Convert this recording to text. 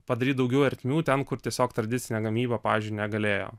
padaryt daugiau ertmių ten kur tiesiog tradicinė gamyba pavyzdžiui negalėjo